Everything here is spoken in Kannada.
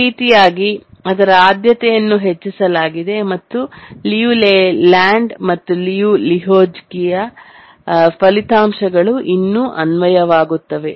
ಈ ರೀತಿಯಾಗಿ ಅದರ ಆದ್ಯತೆಯನ್ನು ಹೆಚ್ಚಿಸಲಾಗಿದೆ ಮತ್ತು ಲಿಯು ಲೇಲ್ಯಾಂಡ್ ಮತ್ತು ಲಿಯು ಲೆಹೋಜ್ಕಿಯ ಫಲಿತಾಂಶಗಳು ಇನ್ನೂ ಅನ್ವಯವಾಗುತ್ತವೆ